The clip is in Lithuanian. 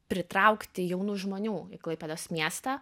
pritraukti jaunų žmonių į klaipėdos miestą